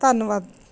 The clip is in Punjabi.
ਧੰਨਵਾਦ